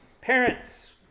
Parents